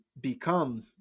become